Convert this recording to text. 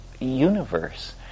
universe